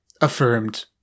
affirmed